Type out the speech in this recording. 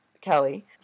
Kelly